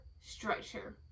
structure